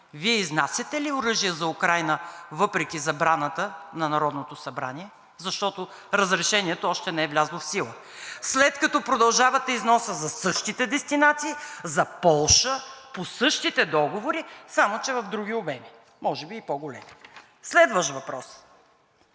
Вие изнасяте ли оръжия за Украйна въпреки забраната на Народното събрание, защото разрешението още не е влязло в сила? След като продължавате износа за същите дестинации, за Полша по същите договори, само че в други обеми, може би, и по-големи? Следващ въпрос,